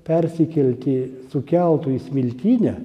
persikelti su keltu į smiltynę